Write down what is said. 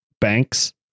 banks